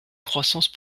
croissance